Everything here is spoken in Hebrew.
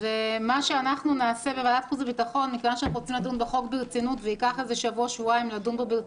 אנחנו נעבור לבקשת יושב-ראש ועדת החוץ והביטחון להקדמת דיון לפני